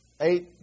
eight